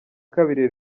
kabiri